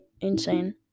insane